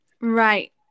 Right